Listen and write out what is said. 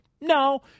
No